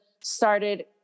started